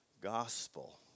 gospel